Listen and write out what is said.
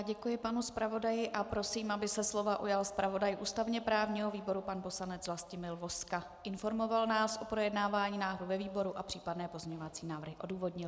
Děkuji panu zpravodaji a prosím, aby se slova ujal zpravodaj ústavněprávního výboru pan poslanec Vlastimil Vozka a informoval nás o projednávání návrhu ve výboru a případné pozměňovací návrhy odůvodnil.